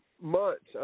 months